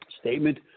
statement